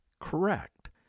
correct